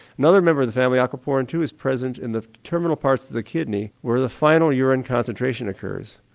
another member of the family, aquaportin two is present in the terminal parts of the kidney where the final urine concentration occurs.